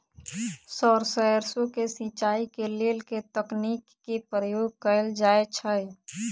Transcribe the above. Sir सैरसो केँ सिचाई केँ लेल केँ तकनीक केँ प्रयोग कैल जाएँ छैय?